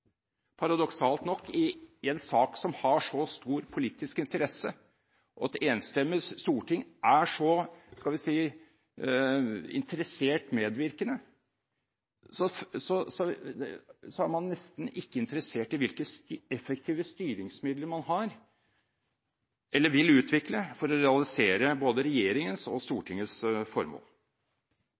paradoksalt nok ga fra seg styringsmuligheter i en sak som har så stor politisk interesse, og at et enstemmig storting som er så interessert medvirkende, nesten ikke er interessert i hvilke effektive styringsmidler man har, eller vil utvikle, for å realisere både regjeringens og Stortingets formål.